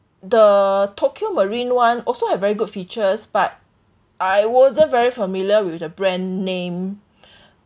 the Tokio Marine [one] also have very good features but I wasn't very familiar with the brand name